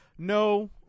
No